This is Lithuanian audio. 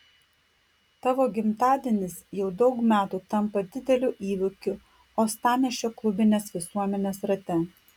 tavo gimtadienis jau daug metų tampa dideliu įvykiu uostamiesčio klubinės visuomenės rate